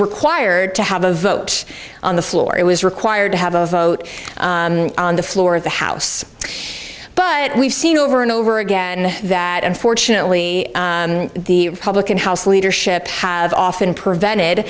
required to have a vote on the floor it was required to have a vote on the floor of the house but we've seen over and over again that unfortunately the republican house leadership have often prevented